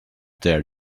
there